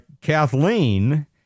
Kathleen